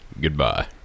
Goodbye